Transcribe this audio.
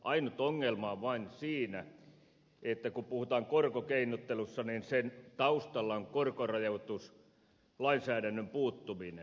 ainut ongelma on vain siinä että kun puhutaan korkokeinottelusta niin sen taustalla on korkorajoituslainsäädännön puuttuminen